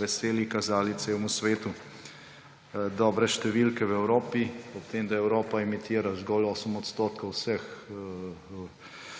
veseli kazali celemu svetu dobre številke v Evropi, ob tem, da Evropa emitira zgolj 8 % vseh